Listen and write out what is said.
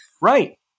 Right